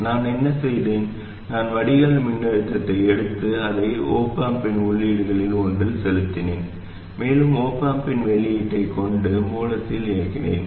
நான் என்ன செய்தேன் நான் வடிகால் மின்னழுத்தத்தை எடுத்து அதை op amp இன் உள்ளீடுகளில் ஒன்றில் செலுத்தினேன் மேலும் op amp இன் வெளியீட்டைக் கொண்டு மூலத்தை இயக்கினேன்